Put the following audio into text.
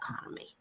economy